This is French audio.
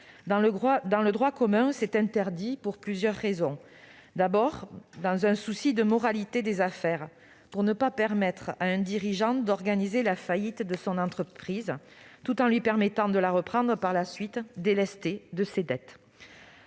Le droit commun l'interdit pour plusieurs raisons. D'abord, dans un souci de moralité des affaires, il s'agit de ne pas permettre à un dirigeant d'organiser la faillite de son entreprise avant de la reprendre par la suite, délestée de ses dettes.